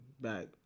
back